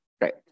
right